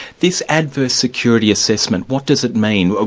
this adverse security assessment, what does it mean? ah